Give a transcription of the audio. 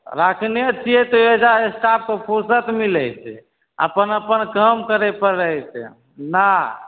राखने छियै तऽ अइजाँ स्टाफके फुर्सत मिलै छै अपन अपन काम करय पर रहै छै ने